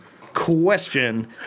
Question